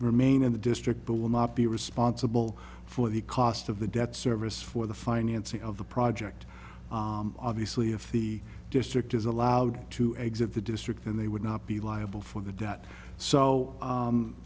remain in the district but will not be responsible for the cost of the debt service for the financing of the project obviously if the district is allowed to exit the district and they would not be liable for the debt so